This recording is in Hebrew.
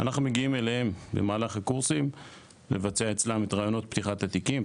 אנחנו מגיעים אליהם במהלך הקורסים לבצע אצלם את ראיונות פתיחת התיקים,